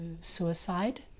suicide